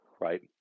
right